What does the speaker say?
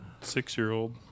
six-year-old